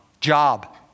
Job